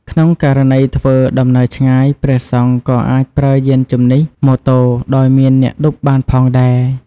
ក្នុងករណីធ្វើដំណើរឆ្ងាយ ព្រះសង្ឃក៏អាចប្រើយានជំនិះម៉ូតូ ដោយមានអ្នកឌុបបានផងដែរ ។